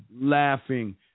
laughing